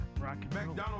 McDonald's